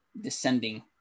descending